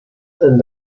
and